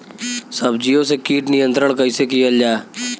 सब्जियों से कीट नियंत्रण कइसे कियल जा?